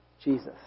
Jesus